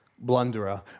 blunderer